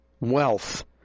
wealth